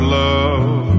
love